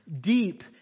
Deep